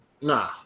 Nah